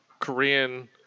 Korean